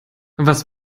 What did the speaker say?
was